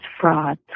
fraud